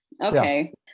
Okay